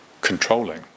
controlling